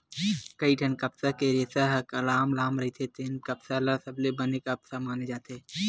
कइठन कपसा के रेसा ह लाम लाम रहिथे तेन कपसा ल सबले बने कपसा माने जाथे